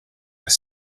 were